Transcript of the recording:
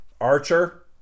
Archer